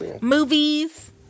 Movies